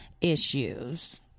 issues